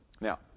Now